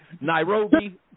Nairobi